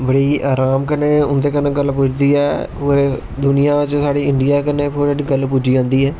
बडी आराम कन्नै उंदे कन्ने गल्ल पुजदी ऐ ओऱ दुनिया च साढ़ी इडियां कन्नै गल्ल पुज्जी जंदी ऐ